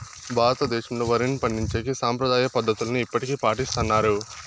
భారతదేశంలో, వరిని పండించేకి సాంప్రదాయ పద్ధతులనే ఇప్పటికీ పాటిస్తన్నారు